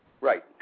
Right